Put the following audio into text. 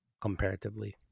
comparatively